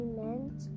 meant